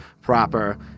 proper